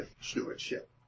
stewardship